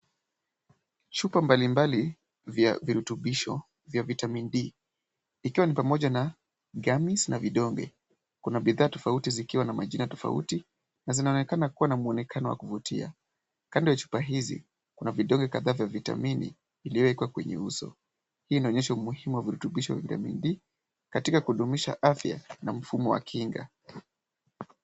Chupa mbalimbali vya virutubisho vya vitamin D ikiwa ni pamoja na gummies na vidonge. Kuna bidhaa tofauti zikiwa na majina tofauti na zinaonekana kuwa na muonekano wa kuvutia. Kando ya chupa hizi kuna vidonge kadhaa vya vitamini iliyowekwa kwenye uso, hii inaonyesha umuhimu wa virutubisho vya vitamin D katika kudumisha afya na mfumo wa kinga.